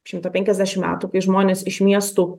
šimtą penkiasdešim metų kai žmonės iš miestų